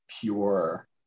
pure